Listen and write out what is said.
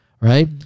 right